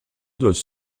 doivent